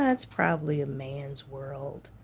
and it's probably a man's world.